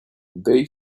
they